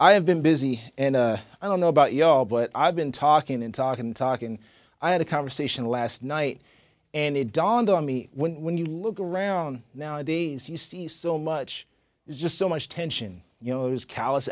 i have been busy and i don't know about y'all but i've been talking and talking and talking i had a conversation last night and it dawned on me when you look around nowadays you see so much just so much tension you know those callous